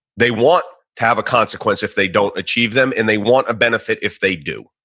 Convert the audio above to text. they want to have a consequence if they don't achieve them, and they want a benefit if they do.